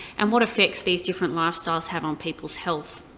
and what effects these different lifestyles have on peoples' health.